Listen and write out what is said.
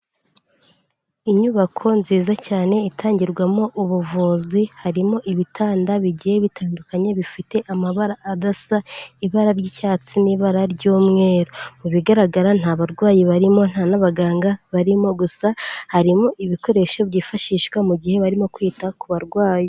Inyubako nziza cyane itangirwamo ubuvuzi, harimo ibitanda bigiye bitandukanye bifite amabara adasa, ibara ry'icyatsi n'ibara ry'umweru. Mu bigaragara nta barwayi barimo, nta n'abaganga barimo, gusa harimo ibikoresho byifashishwa mu gihe barimo kwita ku barwayi.